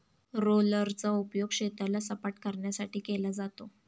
रोलरचा उपयोग शेताला सपाटकरण्यासाठी केला जातो